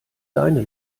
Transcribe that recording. deine